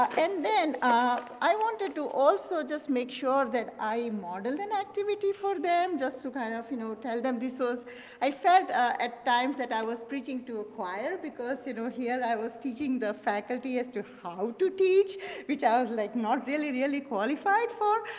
and then ah i wanted to also just make sure that i modeled an activity for them just to kind of you know tell them this was i felt at times that i was preaching to a choir because you know here i was teaching the faculty as to how to do teach which i was like not really, really qualified for.